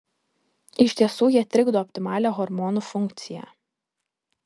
iš tiesų jie trikdo optimalią hormonų funkciją